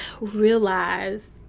realize